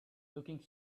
looking